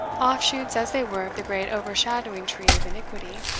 offshoots as they were of the great overshadowing tree of iniquity,